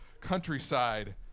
countryside